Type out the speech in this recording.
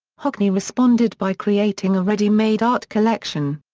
hockney responded by creating a ready-made art collection.